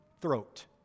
throat